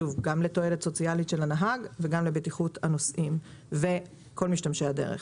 גם לתועלת סוציאלית של הנהג וגם לבטיחות הנוסעים וכל משתמשי הדרך.